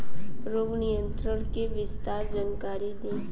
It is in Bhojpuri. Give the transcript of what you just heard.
रोग नियंत्रण के विस्तार जानकारी दी?